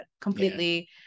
completely